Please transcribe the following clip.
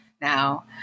now